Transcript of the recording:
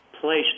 place